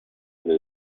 для